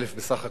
בסופו של דבר,